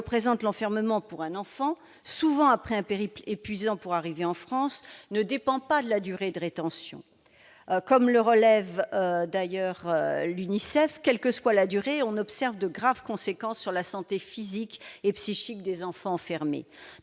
l'enfermement pour un enfant, qui intervient souvent après un périple épuisant pour arriver en France, ne dépend pas de la durée de rétention. L'UNICEF relève d'ailleurs, quelle que soit cette durée, de graves conséquences sur la santé physique et psychique des enfants enfermés.